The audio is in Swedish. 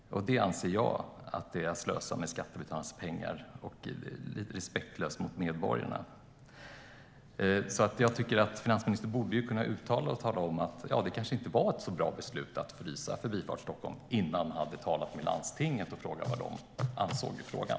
Det anser jag är att slösa med skattebetalarnas pengar och är lite respektlöst mot medborgarna. Finansministern borde kunna säga att det kanske inte var ett så bra beslut att frysa Förbifart Stockholm innan man hade talat med landstinget och frågat vad de ansåg i frågan.